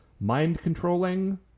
mind-controlling